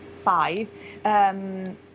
five